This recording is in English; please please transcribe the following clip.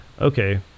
Okay